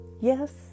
Yes